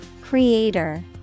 Creator